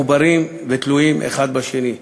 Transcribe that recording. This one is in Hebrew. מחוברים ותלויים אחד בשני.